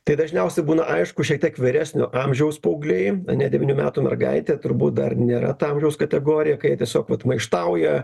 tai dažniausiai būna aišku šiek tiek vyresnio amžiaus paaugliai ne devynių metų mergaitė turbūt dar nėra ta amžiaus kategorija kai jie tiesiog maištauja